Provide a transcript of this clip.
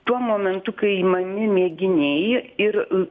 tuo momentu kai imami mėginiai ir